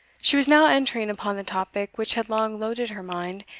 she was now entering upon the topic which had long loaded her mind,